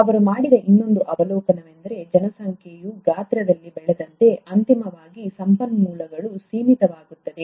ಅವರು ಮಾಡಿದ ಇನ್ನೊಂದು ಅವಲೋಕನವೆಂದರೆ ಜನಸಂಖ್ಯೆಯು ಗಾತ್ರದಲ್ಲಿ ಬೆಳೆದಂತೆ ಅಂತಿಮವಾಗಿ ಸಂಪನ್ಮೂಲಗಳು ಸೀಮಿತವಾಗುತ್ತವೆ